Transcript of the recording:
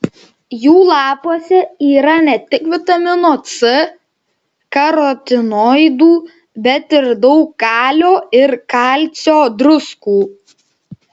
jų lapuose yra ne tik vitamino c karotinoidų bet ir daug kalio ir kalcio druskų